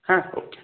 হ্যাঁ ওকে